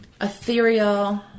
ethereal